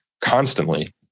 constantly